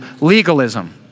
legalism